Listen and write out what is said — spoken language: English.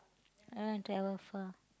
ah travel far